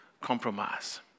compromise